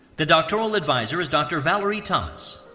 the doctoral advisor is dr. valerie thomas.